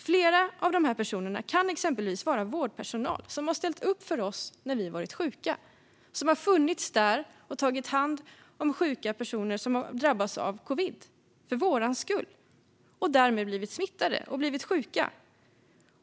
Dessa personer kan exempelvis vara vårdpersonal som ställt upp för oss när vi varit sjuka, som funnits där och tagit hand om personer som drabbats av covid-19 och därmed blivit smittade och sjuka.